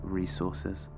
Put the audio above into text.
resources